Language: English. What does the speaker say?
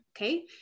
okay